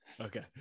Okay